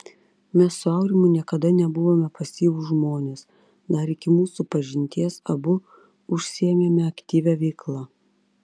mes su aurimu niekada nebuvome pasyvūs žmonės dar iki mūsų pažinties abu užsiėmėme aktyvia veikla